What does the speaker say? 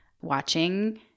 watching